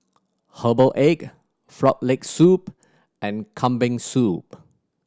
Herbal Egg Frog Leg Soup and Kambing Soup